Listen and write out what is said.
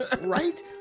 right